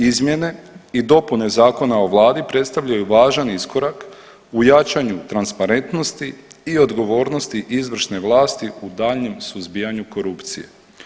Izmjene i dopune Zakona o vladi predstavljaju važan iskorak u jačanju transparentnosti i odgovornosti izvršne vlasti u daljnjem suzbijanju korupcije.